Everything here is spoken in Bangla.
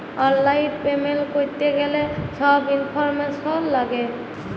অললাইল পেমেল্ট ক্যরতে গ্যালে ছব ইলফরম্যাসল ল্যাগে